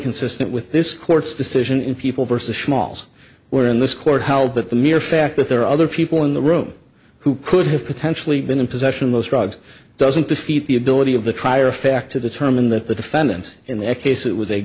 consistent with this court's decision in people versus schmalz where in this court held that the mere fact that there are other people in the room who could have potentially been in possession of those drugs doesn't defeat the ability of the trier of fact to determine that the defendant in that case it was a